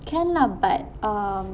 can lah but um